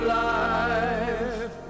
life